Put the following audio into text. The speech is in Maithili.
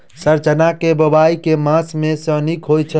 सर चना केँ बोवाई केँ मास मे नीक होइ छैय?